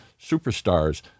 superstars